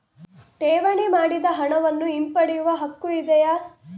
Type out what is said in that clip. ಠೇವಣಿ ಮಾಡಿದ ಹಣವನ್ನು ಹಿಂಪಡೆಯವ ಹಕ್ಕು ಇದೆಯಾ?